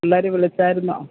പിള്ളാര് വിളിച്ചായിരുന്നുവോ